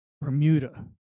Bermuda